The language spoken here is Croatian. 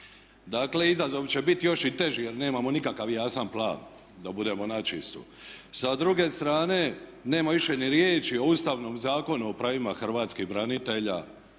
Dakle izazov će biti još i teži jer nemamo nikakav jasan plan da budemo na čisto. S druge strane nema više ni riječi o Ustavnom zakonu o pravima Hrvatskih branitelja,